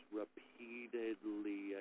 repeatedly